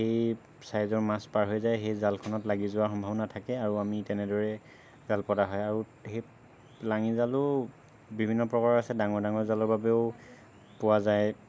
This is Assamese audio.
সেই চাইজৰ মাছ পাৰ হৈ যায় সেই জালখনত লাগি যোৱাৰ সম্ভাৱনা থাকে আৰু আমি তেনেদৰেই জাল পতা হয় আৰু সেই লাঙি জালো বিভিন্ন প্ৰকাৰৰ আছে ডাঙৰ ডাঙৰ জালৰ বাবেও পোৱা যায়